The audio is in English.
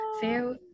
feel